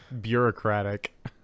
bureaucratic